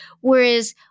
Whereas